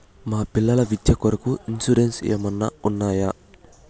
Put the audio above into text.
మా పిల్లల విద్య కొరకు ఇన్సూరెన్సు ఏమన్నా ఉన్నాయా?